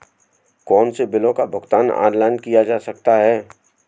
कौनसे बिलों का भुगतान ऑनलाइन किया जा सकता है?